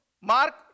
Mark